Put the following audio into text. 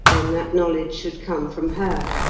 then that knowledge should come from her,